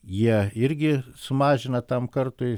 jie irgi sumažina tam kartui